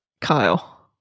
Kyle